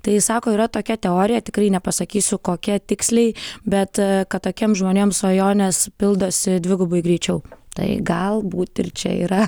tai ji sako yra tokia teorija tikrai nepasakysiu kokia tiksliai bet kad tokiem žmonėm svajonės pildosi dvigubai greičiau tai galbūt ir čia yra